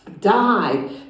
died